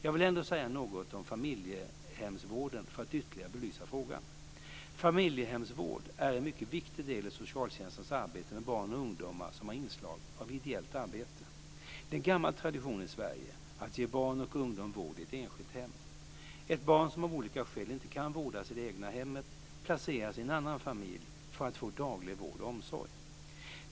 Jag vill ändå säga något om familjehemsvården för att ytterligare belysa frågan. Familjehemsvård är en mycket viktig del i socialtjänstens arbete med barn och ungdomar, som har inslag av ideellt arbete. Det är en gammal tradition i Sverige att ge barn och ungdom vård i ett enskilt hem. Ett barn som av olika skäl inte kan vårdas i det egna hemmet placeras i en annan familj för att få daglig vård och omsorg.